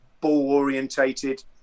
ball-orientated